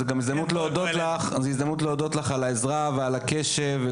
זאת גם הזדמנות להודות לך על העזרה בנושא הזה ועל הקשב.